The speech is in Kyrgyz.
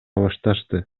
башташты